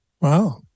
Wow